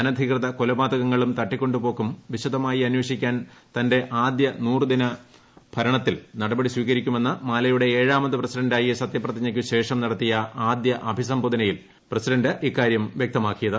അനധികൃത കൊല പാതകങ്ങളും തട്ടിക്കൊണ്ട് പോക്കും വിശദമായി അന്വേഷിക്കാൻ തന്റെ ആദ്യ നൂറ് ദിന ഭരണത്തിൽ നടപടി സ്വീകരിക്കുമെന്ന് മാലെയുടെ ഏഴാമത് പ്രസിഡന്റായി സത്യപ്രതിജ്ഞ യ്ക്കുശേഷം നടത്തിയ ആദ്യ അഭിസംബോധനയിലാണ് ഇക്കാര്യം വൃക്ത മാക്കിയത്